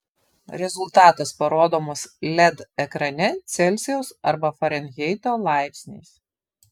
rezultatas parodomas led ekrane celsijaus arba farenheito laipsniais